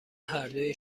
هردو